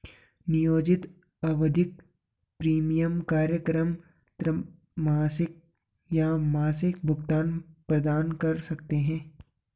नियोजित आवधिक प्रीमियम कार्यक्रम त्रैमासिक या मासिक भुगतान प्रदान कर सकते हैं